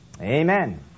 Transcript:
Amen